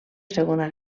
segona